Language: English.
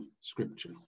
scripture